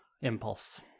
impulse